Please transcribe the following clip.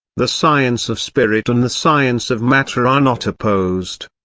the science of spirit and the science of matter are not opposed.